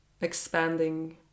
expanding